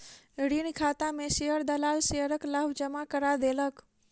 ऋण खाता में शेयर दलाल शेयरक लाभ जमा करा देलक